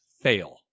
fail